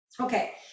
Okay